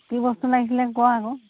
কি বস্তু লাগিছিলে কোৱা আকৌ